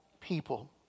people